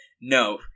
no